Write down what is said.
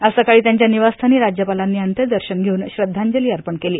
आज सकाळी त्यांच्या निवासस्थानी राज्यपालांनी अंत्यदर्शन घेऊन श्रद्धांजली अर्पण केली